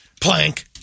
Plank